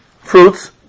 fruits